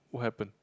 what happen